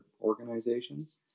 organizations